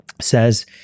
says